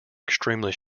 extremely